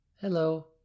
Hello